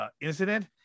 incident